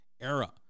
era